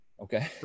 Okay